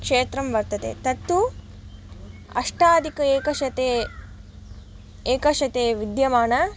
क्षेत्रं वर्तते तत्तु अष्टाधिक एकशते एकशते विद्यमानं